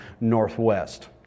northwest